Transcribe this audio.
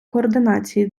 координації